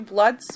Blood